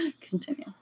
Continue